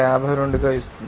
352 ఇస్తుంది